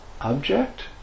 object